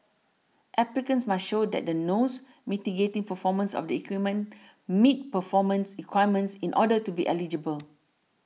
applicants must show that the nose mitigating performance of the equipment meets performance requirements in order to be eligible